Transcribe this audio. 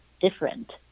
different